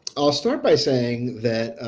i'll start by saying that